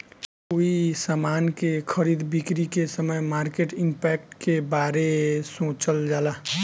कोई समान के खरीद बिक्री के समय मार्केट इंपैक्ट के बारे सोचल जाला